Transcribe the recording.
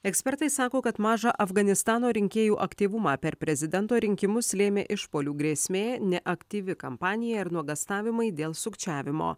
ekspertai sako kad mažą afganistano rinkėjų aktyvumą per prezidento rinkimus lėmė išpuolių grėsmė neaktyvi kampanija ir nuogąstavimai dėl sukčiavimo